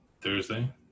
Thursday